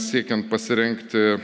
siekiant pasirengti